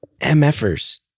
MFers